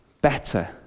better